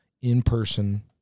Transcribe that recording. in-person